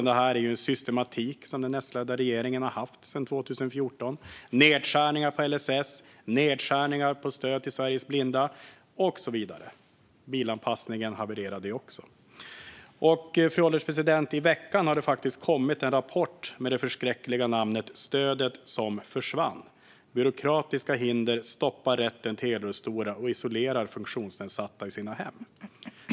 Den S-ledda regeringen har sedan 2014 haft en systematik med nedskärningar på LSS, nedskärningar på stöd till Sveriges blinda och så vidare. Bilanpassningen havererade också. Fru ålderspresident! I veckan kom faktiskt en rapport med det förskräckliga namnet Stödet som försvann - Byråkratiska hinder stoppar rätten till elrullstolar och isolerar funktionsnedsatta i sina hem .